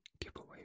giveaway